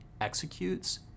executes